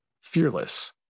fearless